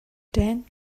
then